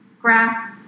grasp